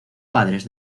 padres